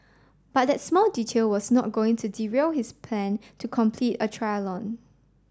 ut that small detail was not going to derail his plan to complete a